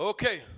Okay